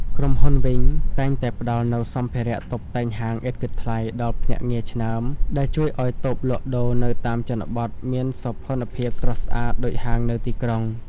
ក្រុមហ៊ុន វីង (Wing) តែងតែផ្ដល់នូវសម្ភារៈតុបតែងហាងឥតគិតថ្លៃដល់ភ្នាក់ងារឆ្នើម ដែលជួយឱ្យតូបលក់ដូរនៅតាមជនបទមានសោភ័ណភាពស្រស់ស្អាតដូចហាងនៅទីក្រុង។